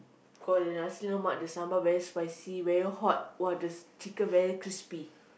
nasi-lemak the sambal very spicy very hot !wah! the chicken very crispy